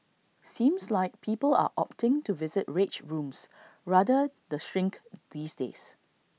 seems like people are opting to visit rage rooms rather the shrink these days